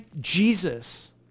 Jesus